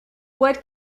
what